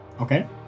Okay